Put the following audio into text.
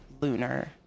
lunar